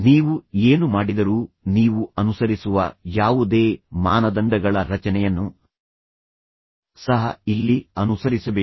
ನೀವು ಏನು ಮಾಡಿದರೂ ನೀವು ಅನುಸರಿಸುವ ಯಾವುದೇ ಮಾನದಂಡಗಳ ರಚನೆಯನ್ನು ಸಹ ಇಲ್ಲಿ ಅನುಸರಿಸಬೇಕು